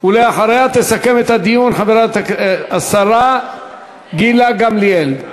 ואחריה תסכם את הדיון השרה גילה גמליאל.